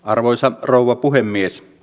arvoisa rouva puhemies